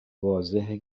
واضحه